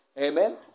Amen